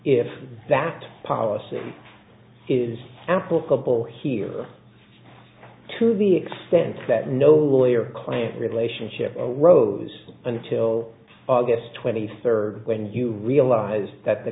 if that policy is applicable here to the extent that no lawyer client relationship rose until august twenty third when you realize that the